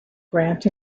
grant